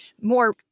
more